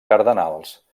cardenals